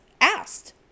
asked